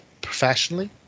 professionally